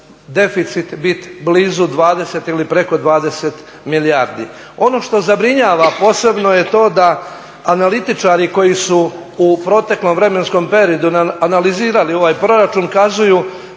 deficit biti blizu 20 ili preko 20 milijardi. Ono što zabrinjava posebno je to da analitičari koji su u proteklom vremenskom periodu analizirali ovaj proračun kazuju